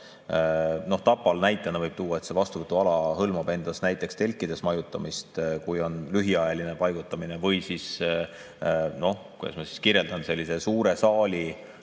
Tapal, näitena võib tuua, see vastuvõtuala hõlmab endas telkides majutamist, kui on lühiajaline paigutamine, või siis, kuidas ma seda kirjeldan, sellise suure saali